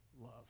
love